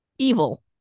evil